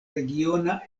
regiona